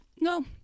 no